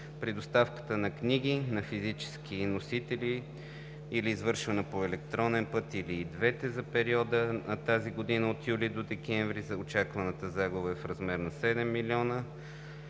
При доставка на книги на физически носители или извършвана по електронен път, или и двете за периода за тази година – от юли до декември, очакваната загуба в размер на 7 млн.